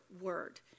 word